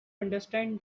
understand